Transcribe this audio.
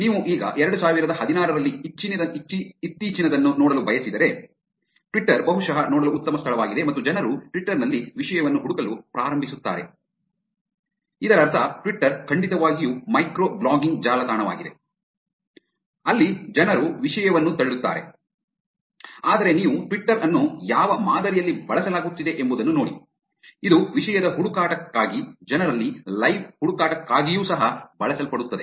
ನೀವು ಈಗ 2016 ರಲ್ಲಿ ಇತ್ತೀಚಿನದನ್ನು ನೋಡಲು ಬಯಸಿದರೆ ಟ್ವಿಟರ್ ಬಹುಶಃ ನೋಡಲು ಉತ್ತಮ ಸ್ಥಳವಾಗಿದೆ ಮತ್ತು ಜನರು ಟ್ವಿಟರ್ ನಲ್ಲಿ ವಿಷಯವನ್ನು ಹುಡುಕಲು ಪ್ರಾರಂಭಿಸುತ್ತಾರೆ ಇದರರ್ಥ ಟ್ವಿಟರ್ ಖಂಡಿತವಾಗಿಯೂ ಮೈಕ್ರೋ ಬ್ಲಾಗಿಂಗ್ ಜಾಲತಾಣ ಆಗಿದೆ ಅಲ್ಲಿ ಜನರು ವಿಷಯವನ್ನು ತಳ್ಳುತ್ತಾರೆ ಆದರೆ ನೀವು ಟ್ವಿಟರ್ ಅನ್ನು ಯಾವ ಮಾದರಿಯಲ್ಲಿ ಬಳಸಲಾಗುತ್ತಿದೆ ಎಂಬುದನ್ನು ನೋಡಿ ಇದು ವಿಷಯದ ಹುಡುಕಾಟಕ್ಕಾಗಿ ಜನರಲ್ಲಿ ಲೈವ್ ಹುಡುಕಾಟಕ್ಕಾಗಿಯೂ ಸಹ ಬಳಸಲ್ಪಡುತ್ತದೆ